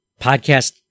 podcast